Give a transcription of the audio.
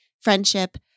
friendship